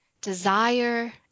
desire